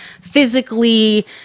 physically